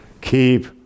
Keep